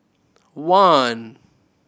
one